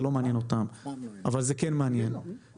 זאת עמדתי האישי.